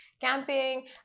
camping